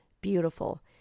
Beautiful